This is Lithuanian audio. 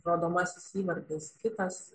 parodomasis įvardis kitas